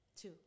Two